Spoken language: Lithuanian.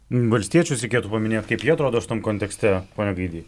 valstiečius reikėtų paminėt kaip jie atrodo šitam kontekste pone gaidy